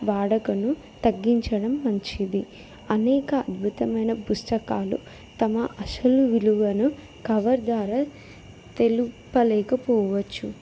వాడుకను తగ్గించడం మంచిది అనేక అద్భుతమైన పుస్తకాలు తమ అసలు విలువను కవర్ ద్వార తెలుపలేకపోవచ్చు